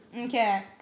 Okay